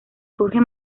jorge